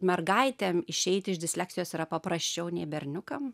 mergaitėm išeiti iš disleksijos yra paprasčiau nei berniukam